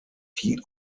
die